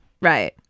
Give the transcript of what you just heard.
Right